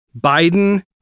Biden